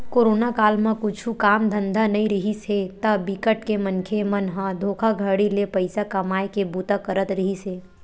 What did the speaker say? corona काल म कुछु काम धंधा नइ रिहिस हे ता बिकट के मनखे मन ह धोखाघड़ी ले पइसा कमाए के बूता करत रिहिस हे